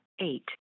eight